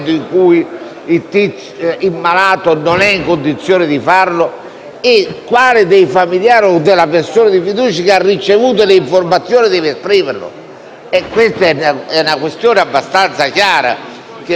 e quale dei familiari o la persona di fiducia che ha ricevuto l'informazione deve esprimerlo. Questa è una questione abbastanza chiara che va risolta, altrimenti è come se non avessimo fatto una norma,